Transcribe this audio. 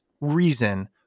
reason